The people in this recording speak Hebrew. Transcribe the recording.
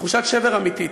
תחושת שבר אמיתית.